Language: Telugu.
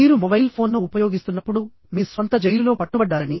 మీరు మొబైల్ ఫోన్ను ఉపయోగిస్తున్నప్పుడు మీ స్వంత జైలులో పట్టుబడ్డారని